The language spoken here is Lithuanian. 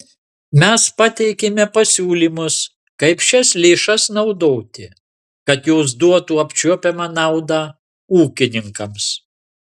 mes pateikėme pasiūlymus kaip šias lėšas naudoti kad jos duotų apčiuopiamą naudą ūkininkams